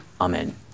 Amen